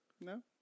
No